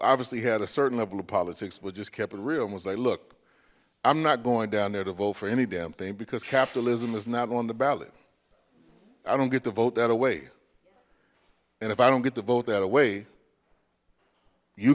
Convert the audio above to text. obviously had a certain level of politics but just kept it real and was they look i'm not going down there to vote for any damn thing because capitalism is not on the ballot i don't get to vote that away and if i don't get to vote that away you